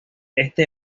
este